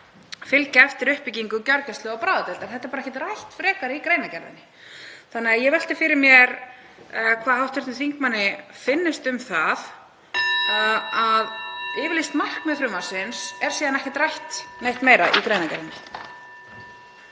fylgja eftir uppbyggingu gjörgæslu- og bráðadeildar, þetta er bara ekkert rætt frekar í greinargerðinni. Ég velti fyrir mér hvað hv. þingmanni finnist um það að yfirlýst markmið frumvarpsins er síðan ekkert rætt neitt meira í greinargerðinni.